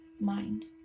mind